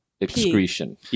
excretion